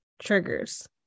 triggers